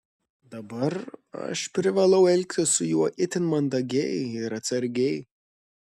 dabar aš privalau elgtis su juo itin mandagiai ir atsargiai